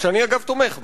שאני תומך בה,